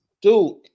dude